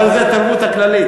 אבל זו התרבות הכללית.